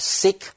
sick